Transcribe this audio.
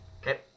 Okay